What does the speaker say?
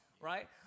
right